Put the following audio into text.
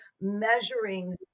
measuring